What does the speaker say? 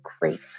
great